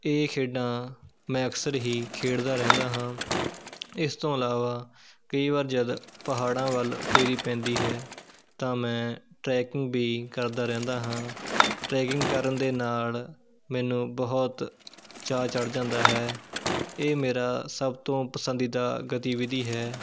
ਇਹ ਖੇਡਾਂ ਮੈਂ ਅਕਸਰ ਹੀ ਖੇਡਦਾ ਰਹਿੰਦਾ ਹਾਂ ਇਸ ਤੋਂ ਇਲਾਵਾ ਕਈ ਵਾਰ ਜਦ ਪਹਾੜਾਂ ਵੱਲ ਫੇਰੀ ਪੈਂਦੀ ਹੈ ਤਾਂ ਮੈਂ ਟ੍ਰੈਕਿੰਗ ਵੀ ਕਰਦਾ ਰਹਿੰਦਾ ਹਾਂ ਟ੍ਰੈਕਿੰਗ ਕਰਨ ਦੇ ਨਾਲ਼ ਮੈਨੂੰ ਬਹੁਤ ਚਾਅ ਚੜ੍ਹ ਜਾਂਦਾ ਹੈ ਇਹ ਮੇਰਾ ਸਭ ਤੋਂ ਪਸੰਦੀਦਾ ਗਤੀਵਿਧੀ ਹੈ